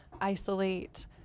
isolate